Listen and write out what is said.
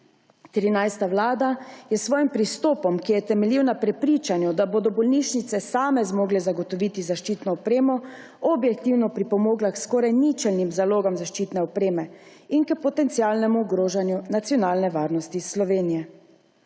krize. 13. vlada je s svojim pristopom, ki je temeljil na prepričanju, da bodo bolnišnice same zmogle zagotoviti zaščitno opremo, objektivno pripomogla k skoraj ničelnim zalogam zaščitne opreme in k potencialnemu ogrožanju nacionalne varnosti Slovenije.